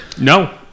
no